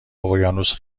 اقیانوس